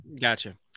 Gotcha